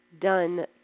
done